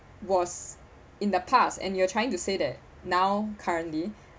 was in the past and you're trying to say that now currently